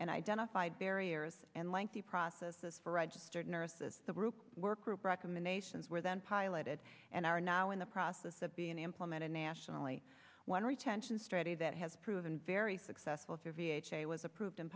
and identified barriers and lengthy process as for registered nurses the group work group recommendations were then piloted and are now in the process of being implemented nationally one retention strategy that has proven very successful through v h a was approved in